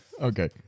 Okay